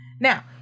Now